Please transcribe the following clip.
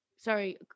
Sorry